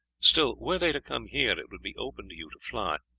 still, were they to come here it would be open to you to fly,